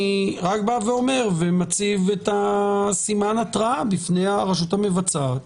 אני רק בא ואומר ומציב את סימן ההתראה בפני הרשות המבצעת,